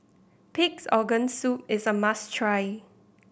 Pig's Organ Soup is a must try